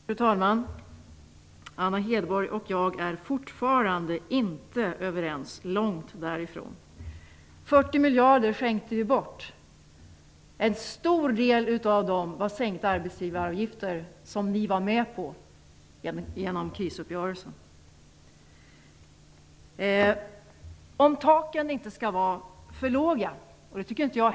Fru talman! Anna Hedborg och jag är fortfarande inte överens - långt därifrån. Anna Hedborg säger att vi skänkte bort 40 miljarder. En stor del av dem var sänkta arbetsgivaravgifter. Det var ni med på genom krisuppgörelsen. Jag tycker inte heller att taken skall vara för låga.